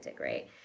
right